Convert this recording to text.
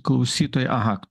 klausytojai aha